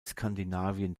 skandinavien